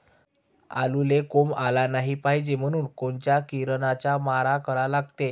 आलूले कोंब आलं नाई पायजे म्हनून कोनच्या किरनाचा मारा करा लागते?